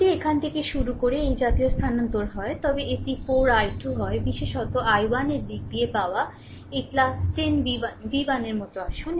যদি এখান থেকে শুরু করে এই জাতীয় স্থানান্তর হয় তবে এটি 4 i 2 হয় বিশেষত i 1 এর দিক দিয়ে পাওয়া এই 10 v1 v1 এর মতো আসুন